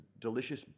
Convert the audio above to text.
delicious